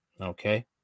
Okay